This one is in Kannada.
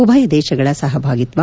ಉಭಯ ದೇಶಗಳ ಸಹಭಾಗಿತ್ವ